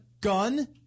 gun